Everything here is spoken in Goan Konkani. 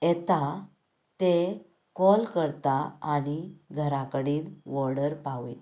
येता ते काॅल करता आनी घरा कडेन ऑर्डर पावयतात